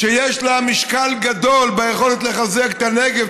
שיש לה משקל גדול ביכולת לחזק את הנגב,